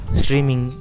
streaming